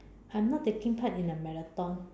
I'm not taking part in a marathon